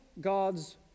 God's